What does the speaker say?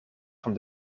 van